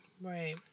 Right